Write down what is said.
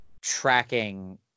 tracking